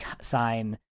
sign